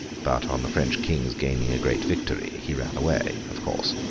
but, on the french king's gaining a great victory, he ran away, of course,